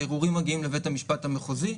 והערעורים מגיעים לבית המשפט המחוזי.